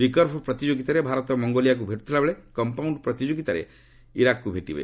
reserve ପ୍ରତିଯୋଗିତାରେ ଭାରତ ମଙ୍ଗୋଲିଆକୁ ଭେଟୁଥିବାବେଳେ କମ୍ପାଉଣ୍ଡ ପ୍ରତିଯୋଗିତାରେ ଇରାକ୍କୁ ଭେଟିବ